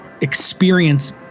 experience